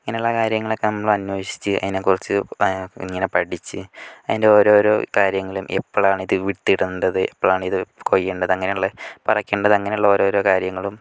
ഇങ്ങനെയുള്ള കാര്യങ്ങളൊക്കെ നമ്മൾ അന്വേഷിച്ച് അതിനെക്കുറിച്ച് ഇങ്ങനെ പഠിച്ച് അതിൻ്റെ ഓരോരോ കാര്യങ്ങളും എപ്പോളാണ് ഇത് വിത്തിടേണ്ടത് എപ്പോളാണ് ഇത് കൊയ്യേണ്ടത് അങ്ങനെയുള്ള പറിക്കേണ്ടത് അങ്ങനെയുള്ള ഓരോരോ കാര്യങ്ങളും